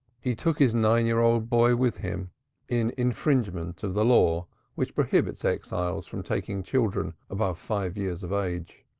he took his nine-year old boy with him in infringement of the law which prohibits exiles from taking children above five years of age.